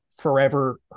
forever